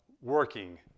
working